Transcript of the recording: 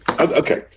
Okay